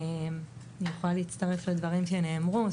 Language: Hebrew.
אני יכולה להצטרף לדברים שנאמרו,